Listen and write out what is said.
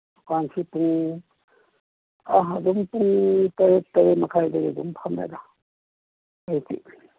ꯗꯨꯀꯥꯟꯁꯤ ꯄꯨꯡ ꯑꯗꯨꯝ ꯄꯨꯡ ꯇꯔꯦꯠ ꯇꯔꯦꯠ ꯃꯈꯥꯏꯗꯒꯤ ꯑꯗꯨꯝ ꯐꯝꯃꯦꯗ ꯑꯩꯗꯤ